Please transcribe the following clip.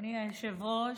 אדוני היושב-ראש,